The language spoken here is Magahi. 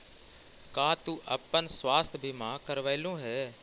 का तू अपन स्वास्थ्य बीमा करवलू हे?